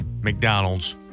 McDonald's